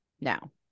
now